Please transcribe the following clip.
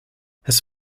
his